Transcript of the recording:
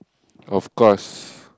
of course